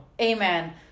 Amen